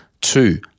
Two